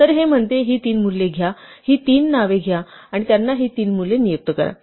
तर हे म्हणते ही तीन मूल्ये घ्या ही तीन नावे घ्या आणि त्यांना ही तीन मूल्ये नियुक्त करा